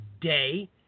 day